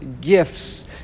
gifts